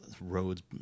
roads